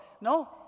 No